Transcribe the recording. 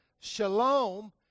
Shalom